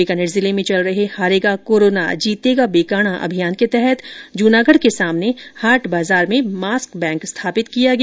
बीकानेर जिले में चल रहे हारेगा कोरोना जीतेगा बीकाणा अभियान के तहत जूनागढ़ के सामने हाट बाजार में मास्क बैंक स्थापित किया गया है